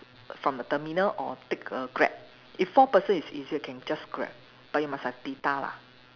from the terminal or take a Grab if four person is easier can just Grab but you must have data lah